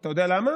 אתה יודע למה?